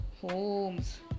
homes